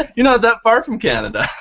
and you know that far from canada.